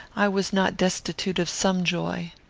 i was not destitute of some joy.